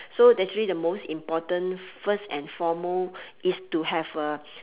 so actually the most important first and foremost is to have a